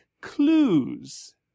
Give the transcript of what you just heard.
clues